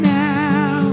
now